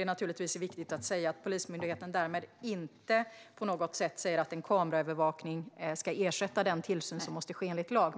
är naturligtvis viktigt att säga att Polismyndigheten därmed inte på något sätt säger att en kameraövervakning ska ersätta den tillsyn som måste ske enligt lag.